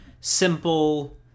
simple